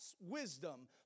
wisdom